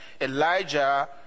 Elijah